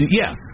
yes